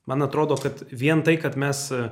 man atrodo kad vien tai kad mes